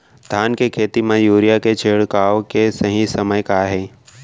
धान के खेती मा यूरिया के छिड़काओ के सही समय का हे?